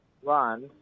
one